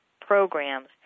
programs